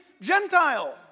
Gentile